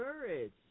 courage